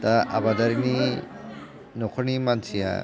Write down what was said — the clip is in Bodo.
दा आबादारिनि न'खरनि मानसिया